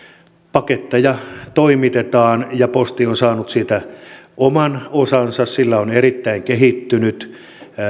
paketteja toimitetaan ja posti on saanut siitä oman osansa sillä on erittäin kehittynyt